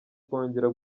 kongera